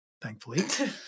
thankfully